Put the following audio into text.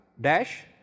dash